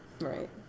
right